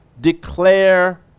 declare